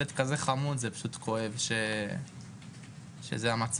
הוא ילד כל כך חמוד, וזה כואב ועצוב שזה המצב.